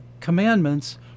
commandments